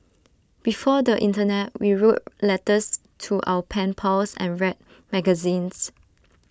before the Internet we wrote letters to our pen pals and read magazines